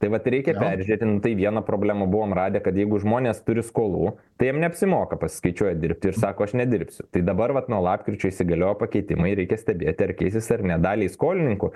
tai vat reikia peržiūrėti nu tai vieną problemą buvom radę kad jeigu žmonės turi skolų tai jiem neapsimoka pasiskaičiuoja dirbt ir sako aš nedirbsiu tai dabar vat nuo lapkričio įsigalioja pakeitimai reikia stebėti ar keisis ar ne daliai skolininkų